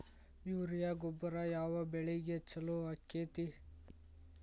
Urea ಗೊಬ್ಬರ ಯಾವ ಬೆಳಿಗೆ ಛಲೋ ಆಕ್ಕೆತಿ?